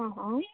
હં હં